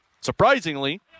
surprisingly